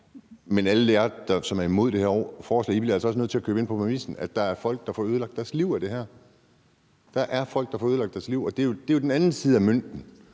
alle jer, som er imod det her forslag, altså også nødt til at købe ind på den præmis, at der er folk, der får ødelagt deres liv af det her. Der er folk, der får ødelagt deres liv, og det er jo den anden side af mønten,